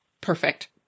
perfect